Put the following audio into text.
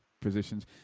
positions